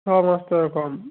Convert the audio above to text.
সমস্ত রকম